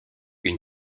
une